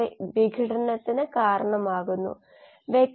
അത്കൊണ്ട് ഇവിടെ നിന്ന് വരുന്ന മൈനസ് r പൂജ്യം